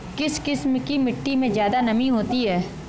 किस किस्म की मिटटी में ज़्यादा नमी होती है?